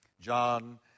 John